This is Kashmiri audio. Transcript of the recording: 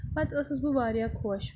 پَتہٕ ٲسٕس بہٕ واریاہ خۄش